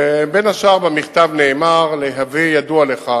בין השאר, במכתב נאמר: להווי ידוע לך